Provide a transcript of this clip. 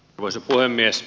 arvoisa puhemies